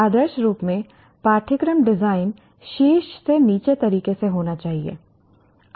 आदर्श रूप में पाठ्यक्रम डिजाइन शीर्ष नीचे तरीके से होना चाहिए